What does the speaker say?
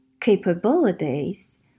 capabilities